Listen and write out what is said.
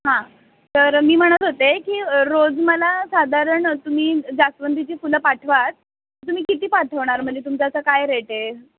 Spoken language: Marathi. हां तर मी म्हणत होते की रोज मला साधारण तुम्ही जास्वंदीची फुलं पाठवाच तुम्ही किती पाठवणार म्हणजे तुमचा असा काय रेट आहे